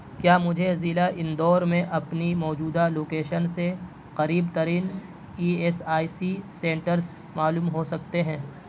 کیا مجھے ضلع اندور میں اپنی موجودہ لوکیشن سے قریب ترین E S I C centres معلوم ہو سکتے ہیں